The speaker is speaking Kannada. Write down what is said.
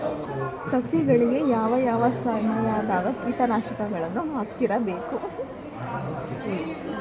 ಸಸಿಗಳಿಗೆ ಯಾವ ಯಾವ ಸಮಯದಾಗ ಕೇಟನಾಶಕಗಳನ್ನು ಹಾಕ್ತಿರಬೇಕು?